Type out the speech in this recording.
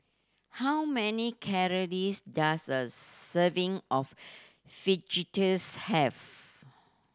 how many calories does a serving of Fajitas have